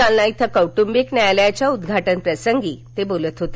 जालना इथं कौटुंबिक न्यायालयाच्या उद्घाटन प्रसंगी ते काल बोलत होते